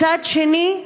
מצד שני,